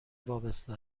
وابسته